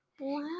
Wow